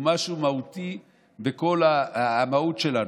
הוא משהו מהותי בכל המהות שלנו.